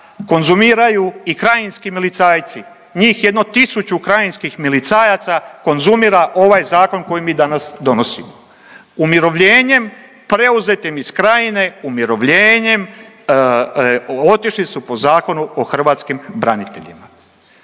konzumiraju i krajinski milicajci, njih jedno tisuću krajinskih milicajaca konzumira ovaj zakon koji mi danas donosimo. Umirovljenjem preuzetim iz krajine, umirovljenjem otišli su po Zakonu o hrvatskih braniteljima.